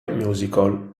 musical